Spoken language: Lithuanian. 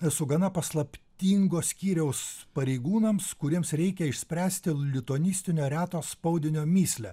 esu gana paslaptingo skyriaus pareigūnams kuriems reikia išspręsti lituanistinio reto spaudinio mįslę